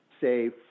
say